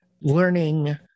learning